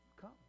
Come